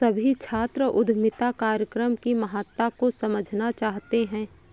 सभी छात्र उद्यमिता कार्यक्रम की महत्ता को समझना चाहते हैं